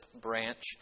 branch